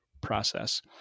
process